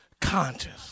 conscious